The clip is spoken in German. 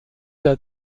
der